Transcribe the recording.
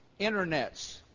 internets